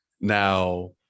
now